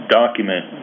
document